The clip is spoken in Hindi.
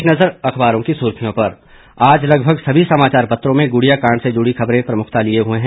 एक नज़र अखबारों की सुर्खियों पर आज लगभग सभी समाचार पत्रों में गुड़िया कांड से जुड़ी खबरें प्रमुखता लिए हुए हैं